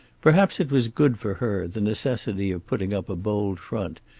perhaps it was good for her, the necessity of putting up a bold front,